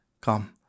come